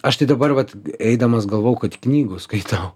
aš tai dabar vat eidamas galvojau kad knygų skaitau